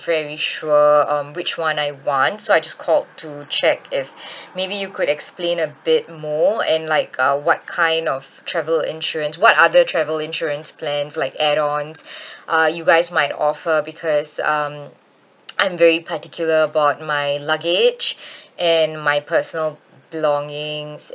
very sure um which one I want so I just called to check if maybe you could explain a bit more and like uh what kind of travel insurance what other travel insurance plans like add ons uh you guys might offer because um I'm very particular about my luggage and my personal belongings